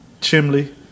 Chimley